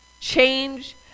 change